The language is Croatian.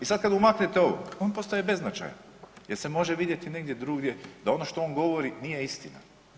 I sad kad mu maknete ovo on postaje beznačajan jer se može vidjeti negdje drugdje da ono što on govori nije istina.